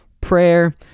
prayer